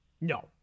No